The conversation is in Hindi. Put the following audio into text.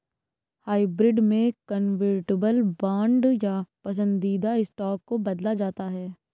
हाइब्रिड में कन्वर्टिबल बांड या पसंदीदा स्टॉक को बदला जाता है